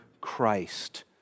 Christ